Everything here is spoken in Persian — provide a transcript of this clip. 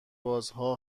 بازها